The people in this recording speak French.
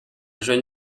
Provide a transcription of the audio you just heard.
jeune